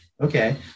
Okay